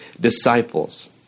disciples